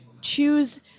choose